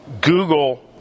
Google